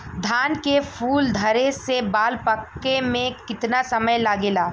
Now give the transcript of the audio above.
धान के फूल धरे से बाल पाके में कितना समय लागेला?